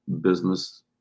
business